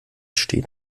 steht